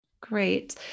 Great